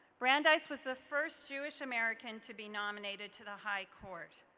brandeis was the first jewish american to be nominated to the high court.